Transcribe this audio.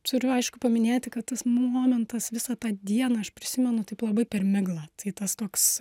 turiu aišku paminėti kad tas momentas visą tą dieną aš prisimenu taip labai per miglą tas toks